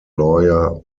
lawyer